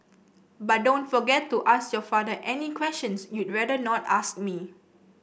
but don't forget to ask your father any questions you'd rather not ask me